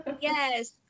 Yes